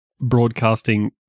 Broadcasting